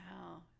wow